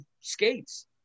skates